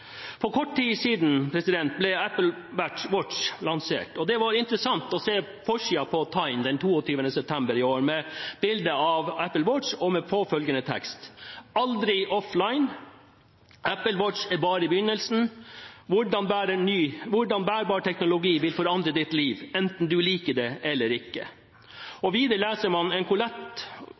For kort tid siden ble Apple Watch lansert. Det var interessant å se forsiden på Time den 22. september i år med bildet av Apple Watch og med påfølgende tekst: Aldri offline. Apple Watch er bare begynnelsen. Hvordan bærbar teknologi vil forandre ditt liv – enten du liker det eller ikke. Videre kunne man lese om hvor lett det kan skapes en